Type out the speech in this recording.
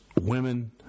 women